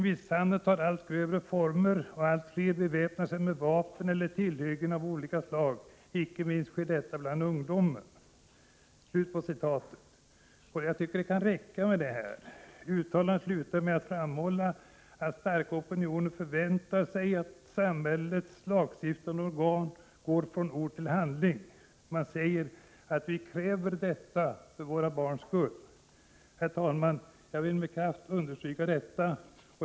Misshandeln tar allt grövre former. Allt fler beväpnar sig med vapen eller tillhyggen av olika slag. Inte minst sker detta bland ungdomen.” 157 Det kan räcka med detta. Uttalandet slutar med att framhålla att starka opinioner förväntar sig att samhällets lagstiftande organ går från ord till handling. Man kräver detta för barnens skull. Herr talman! Jag vill med kraft understryka detta.